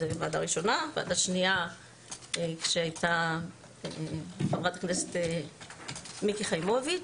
ועדה שנייה כשהייתה חברת הכנסת מיקי חיימוביץ',